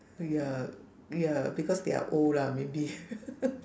ya ya because they are old lah maybe